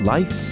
Life